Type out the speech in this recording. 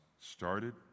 started